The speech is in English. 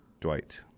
Dwight